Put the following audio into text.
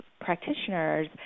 practitioners